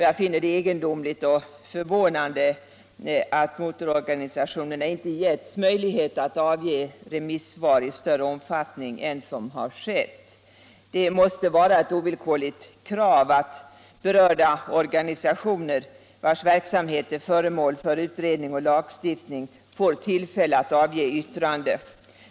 Jag finner det egendomligt och är förvånad över att motororganisationerna inte getts möjlighet att avge remissvar i större omfattning än som har skett. Det måste vara ett ovillkorligt krav att berörda organisationer vilkas verksamhet är föremål för utredning och lagstiftning får tillfälle att avge yttrande.